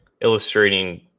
illustrating